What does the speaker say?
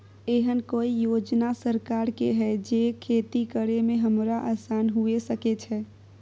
एहन कौय योजना सरकार के है जै खेती करे में हमरा आसान हुए सके छै?